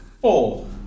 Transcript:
four